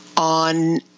on